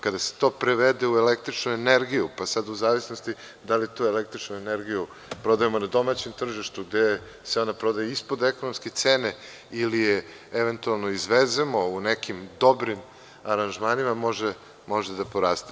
Kada se to prevede u električnu energiju, pa sad u zavisnosti da li tu električnu energiju prodajemo na domaćem tržištu gde se ona prodaje ispod ekonomske cene ili je eventualno izvezemo u nekim dobrim aranžmanima može da poraste.